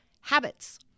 habits